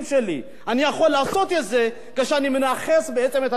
אני יכול לעשות את זה כשאני מנכס בעצם את התקשורת אלי.